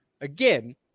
Again